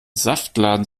saftladen